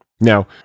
Now